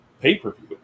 pay-per-view